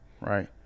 Right